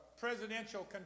presidential